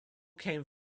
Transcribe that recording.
came